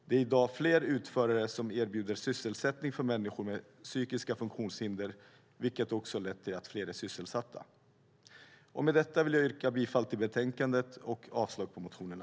Det är i dag fler utförare som erbjuder sysselsättning för människor med psykiska funktionshinder, vilket också har lett till att fler är sysselsatta. Med detta vill jag yrka bifall till förslaget i betänkandet och avslag på motionerna.